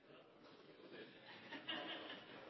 tak